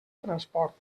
transport